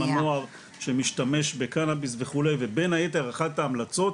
הנוער שמשתמש בקנאביס וכו' ובין היתר אחת ההמלצות